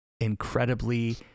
incredibly